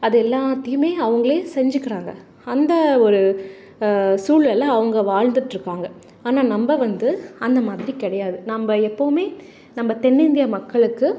அது எல்லாத்தையுமே அவங்களே செஞ்சுக்கிறாங்க அந்த ஒரு சூழல்ல அவங்க வாழ்ந்துட்ருக்காங்க ஆனால் நம்ம வந்து அந்தமாதிரி கிடையாது நம்ம எப்பவுமே நம்ம தென்னிந்திய மக்களுக்கு